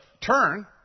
turn